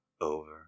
over